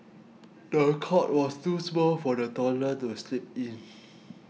the cot was too small for the toddler to sleep in